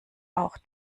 auch